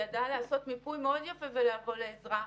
ידע לעשות מיפוי מאוד יפה ולבוא לעזרה.